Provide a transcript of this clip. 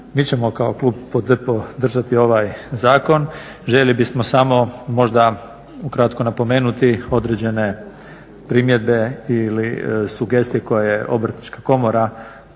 Mi ćemo kao klub podržati ovaj zakon. Željeli bismo samo možda na kratko spomenuti određene primjedbe ili sugestije koje obrtnička komora,